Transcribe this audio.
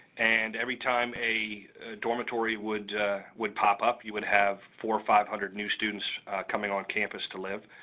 and every time a dormitory would would pop up, you would have four, five hundred new students coming on campus to live.